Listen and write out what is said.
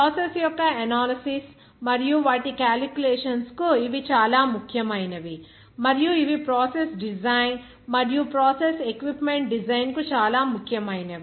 process యొక్క analysis మరియు వాటి క్యాలిక్యులేషన్స్ కు ఇవి చాలా ముఖ్యమైనవి మరియు ఇవి ప్రాసెస్ డిజైన్ మరియు ప్రాసెస్ ఎక్విప్మెంట్ డిజైన్ కు చాలా ముఖ్యమైనవి